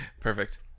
Perfect